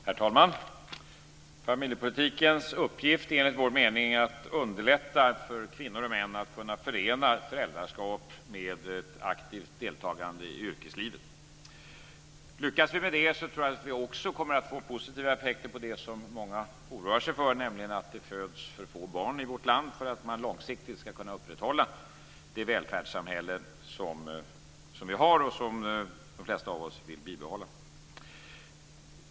Herr talman! Familjepolitikens uppgift är enligt vår mening att underlätta för kvinnor och män att kunna förena föräldraskap med ett aktivt deltagande i yrkeslivet. Lyckas vi med det kommer vi nog att få positiva effekter på det som många oroar sig för, nämligen att det föds för få barn i vårt land för att man långsiktigt ska kunna upprätthålla det välfärdssamhälle som vi har och som de flesta av oss vill bibehålla.